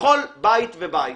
לכל בית ובית.